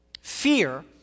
Fear